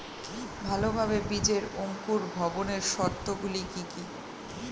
ভালোভাবে বীজের অঙ্কুর ভবনের শর্ত গুলি কি কি?